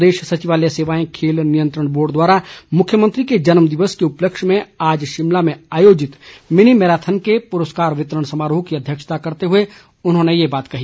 प्रदेश सचिवालय सेवाएं खेल नियंत्रण बोर्ड द्वारा मुख्यमंत्री के जन्मदिवस के उपलक्ष्य में आज शिमला में आयोजित मिनी मैराथन के पुरस्कार वितरण समारोह की अध्यक्षता करते हुए उन्होंने ये बात कही